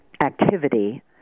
activity